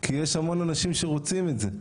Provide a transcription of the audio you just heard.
כי יש המון אנשים שרוצים את זה.